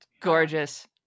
Gorgeous